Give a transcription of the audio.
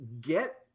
get